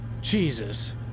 Jesus